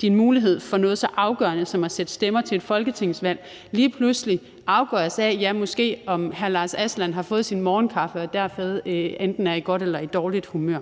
din mulighed for noget så afgørende som at stemme til folketingsvalg lige pludselig afgøres af, om hr. Lars Aslan Rasmussen har fået sin morgenkaffe eller ej og derfor er enten i godt eller dårligt humør.